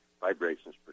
vibrations